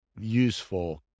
useful